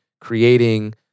creating